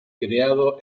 creado